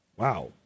wow